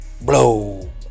blow